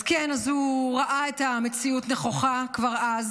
אז כן, הוא ראה את המציאות נכוחה כבר אז.